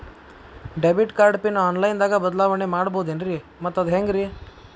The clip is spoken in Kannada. ಡೆಬಿಟ್ ಕಾರ್ಡ್ ಪಿನ್ ಆನ್ಲೈನ್ ದಾಗ ಬದಲಾವಣೆ ಮಾಡಬಹುದೇನ್ರಿ ಮತ್ತು ಅದು ಹೆಂಗ್ರಿ?